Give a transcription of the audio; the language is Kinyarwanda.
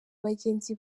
bagenzi